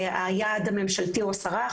היעד הממשלתי הוא 10%,